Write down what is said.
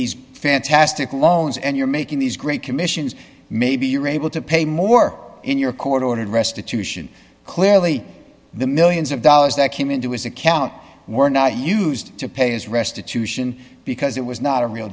these fantastic loans and you're making these great commissions maybe you're able to pay more in your court ordered restitution clearly the millions of dollars that came into his account were not used to pay his restitution because it was not a real